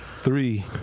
three